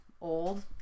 old